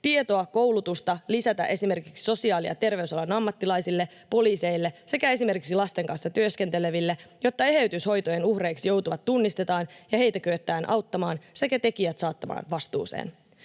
sekä koulutusta lisätä esimerkiksi sosiaali- ja terveysalan ammattilaisille, poliiseille sekä esimerkiksi lasten kanssa työskenteleville, jotta eheytyshoitojen uhreiksi joutuvat tunnistetaan ja heitä kyetään auttamaan sekä tekijät saattamaan vastuuseen.